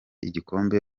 igikombe